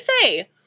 say